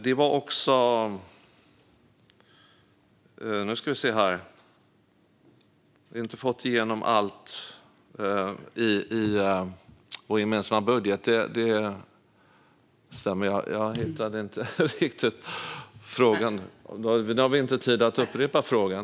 Det stämmer att vi inte har fått igenom allt i vår gemensamma budget. Jag kommer tyvärr inte ihåg den andra frågan.